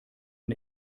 ein